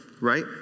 right